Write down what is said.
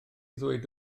ddweud